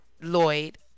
Lloyd